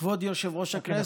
כבוד יושב-ראש הכנסת, קודם כול,